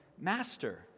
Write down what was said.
master